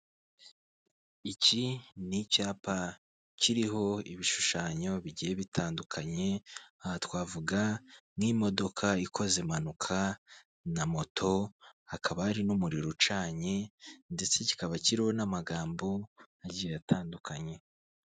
Iki ni icyapa kiriho ibishushanyo bigiye bitandukanye aha twavuga nk'imodoka ikoze impanuka na moto hakaba hari n'umuriro ucanye ndetse kikaba kiriho n'amagambo agiye atandukanye.